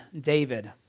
David